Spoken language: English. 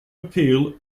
appeal